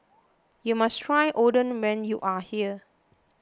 you must try Oden when you are here